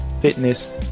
fitness